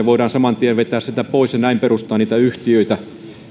voidaan saman tien vetää sieltä pois ja näin perustaa niitä yhtiöitä